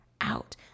out